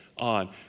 on